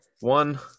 one